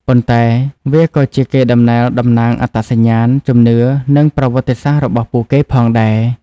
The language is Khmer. ប៉ុន្តែវាក៏ជាកេរដំណែលតំណាងអត្តសញ្ញាណ ជំនឿ និងប្រវត្តិសាស្ត្ររបស់ពួកគេផងដែរ។